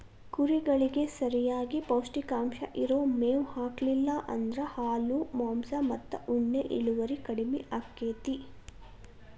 ಕುರಿಗಳಿಗೆ ಸರಿಯಾಗಿ ಪೌಷ್ಟಿಕಾಂಶ ಇರೋ ಮೇವ್ ಹಾಕ್ಲಿಲ್ಲ ಅಂದ್ರ ಹಾಲು ಮಾಂಸ ಮತ್ತ ಉಣ್ಣೆ ಇಳುವರಿ ಕಡಿಮಿ ಆಕ್ಕೆತಿ